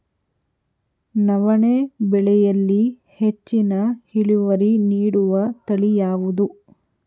ನವಣೆ ಬೆಳೆಯಲ್ಲಿ ಹೆಚ್ಚಿನ ಇಳುವರಿ ನೀಡುವ ತಳಿ ಯಾವುದು?